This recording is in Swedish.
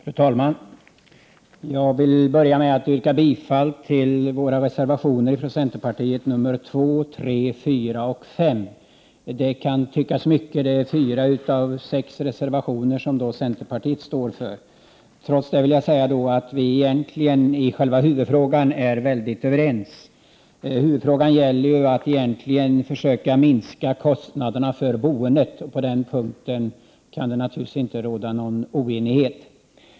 Fru talman! Jag vill börja med att yrka bifall till centerreservationerna 2, 3, 4 och 5. Det kan tyckas att det är många reservationer — fyra av sex — som centern står för. Trots det vill jag säga att vi i själva huvudfrågan egentligen är överens. Huvudfrågan gäller att försöka minska kostnaderna för boendet. På den punkten kan det naturligtvis inte råda någon oenighet.